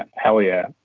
hell yeah.